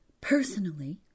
Personally